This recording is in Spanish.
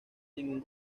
ningún